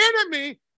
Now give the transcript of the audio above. enemy